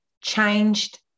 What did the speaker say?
changed